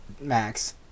Max